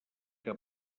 que